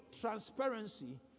transparency